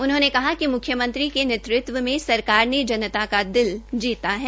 उन्होंने कहा कि म्ख्यमंत्री के नेतृत्व में सरकार ने जनता का दिल जीता है